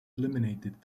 eliminated